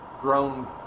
grown